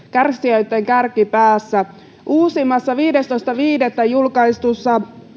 kärsijöitten kärkipäässä uusimmissa viidestoista viidettä julkaistuissa